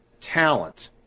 talent